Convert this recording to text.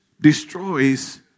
Destroys